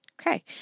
Okay